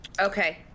okay